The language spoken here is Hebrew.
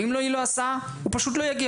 ואם לא תהיה לו הסעה הוא פשוט לא יגיע.